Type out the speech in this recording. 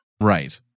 Right